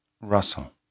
Russell